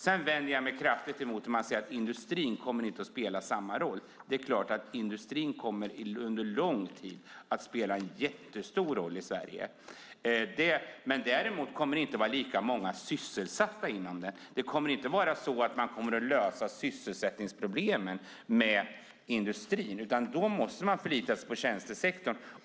Sedan vänder jag mig kraftigt emot att man säger att industrin inte kommer att spela samma roll längre. Det är klart att industrin under lång tid kommer att spela en jättestor roll i Sverige. Däremot kommer det inte att vara lika många sysselsatta inom den. Det kommer inte att vara så att man kommer att lösa sysselsättningsproblemen med industrin. Då måste man förlita sig på tjänstesektorn.